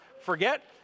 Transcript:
forget